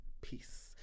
peace